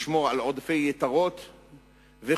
לשמור על עודפי יתרות וכו',